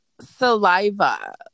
saliva